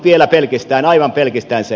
vielä aivan pelkistäen se